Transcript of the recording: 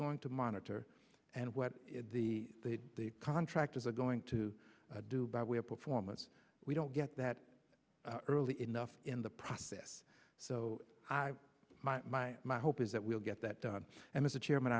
going to monitor and what the the contractors are going to do by way of performance we don't get that early enough in the process so i my my my hope is that we'll get that done and as a chairman